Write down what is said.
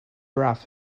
rough